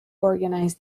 organize